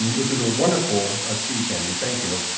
which was a wonderful ah speech, andy. thank you.